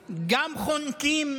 לערבים, גם חונקים